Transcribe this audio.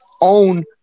own